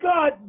God